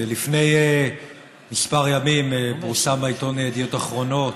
לפני כמה ימים פורסמו בעיתון ידיעות אחרונות